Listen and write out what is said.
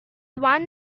one